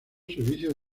servicios